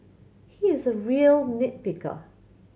he is a real nit picker